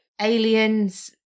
aliens